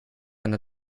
einer